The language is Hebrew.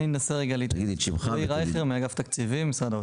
רגע, אחרי שהוא נתן את ההצעה.